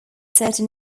certain